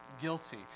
guilty